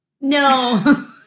No